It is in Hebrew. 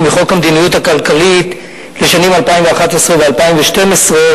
בחוק המדיניות הכלכלית לשנים 2011 ו-2012,